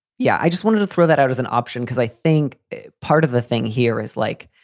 yeah, i just wanted to throw that out as an option because i think part of the thing here is like,